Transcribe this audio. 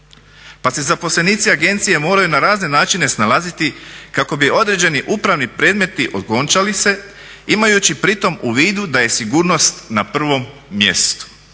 Pa se zaposlenici agencije moraju na razne načine snalaziti kako bi određeni upravni predmeti okončali se imajući pritom u vidu da je sigurnost na prvom mjestu.